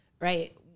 right